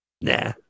nah